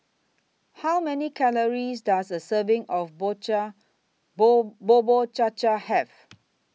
How Many Calories Does A Serving of Cha Bubur Cha Cha Have